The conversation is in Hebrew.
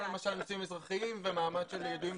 למשל נישואים אזרחיים ומעמד של ידועים בציבור.